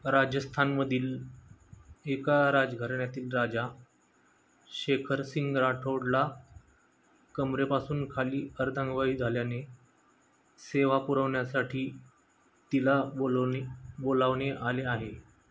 राजस्थानमधील एका राजघराण्यातील राजा शेखरसिंग राठोडला कमरेपासून खाली अर्धंगवायू झाल्याने सेवा पुरवण्यासाठी तिला बोलवणे बोलावणे आले आहे